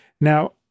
Now